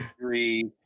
three